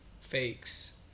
fakes